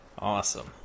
Awesome